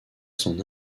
son